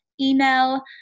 email